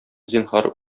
зинһар